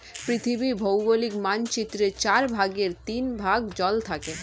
পৃথিবীর ভৌগোলিক মানচিত্রের চার ভাগের তিন ভাগ জল থাকে